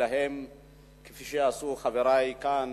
ולהתלהם כפי שעשו חברי כאן,